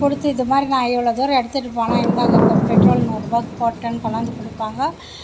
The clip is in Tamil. கொடுத்து இதுமாதிரி நான் இவ்வளோ தூரம் எடுத்துகிட்டுப் போனேன் இந்தாங்கக்கா பெட்ரோல் நூறு ரூபாய்க்கு போட்டேன்னு கொண்டாந்து கொடுப்பாங்க